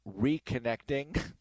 reconnecting